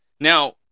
now